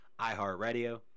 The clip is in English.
iHeartRadio